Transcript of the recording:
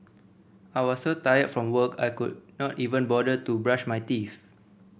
I was so tired from work I could not even bother to brush my teeth